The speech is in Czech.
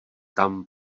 tam